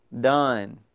done